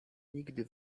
nigdy